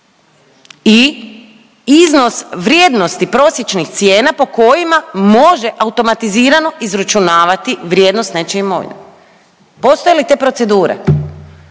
i iznos vrijednosti prosječnih cijena po kojima može automatizirano izračunavati vrijednost nečije imovine? Postoje li te procedure?